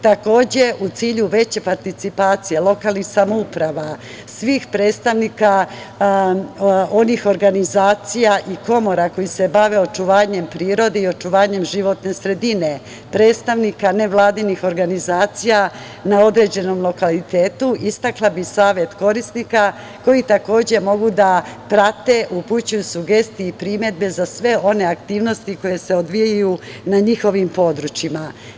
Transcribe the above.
Takođe, u cilju veće participacije lokalnih samouprava svih predstavnika onih organizacija i komora koje se bave očuvanjem prirode i očuvanjem životne sredine predstavnika nevladinih organizacija na određenom lokalitetu, istakla bih savet korisnika koji takođe mogu da prate, upućuju sugestije i primedbe za sve one aktivnosti koje se odvijaju na njihovim područjima.